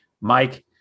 Mike